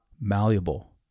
malleable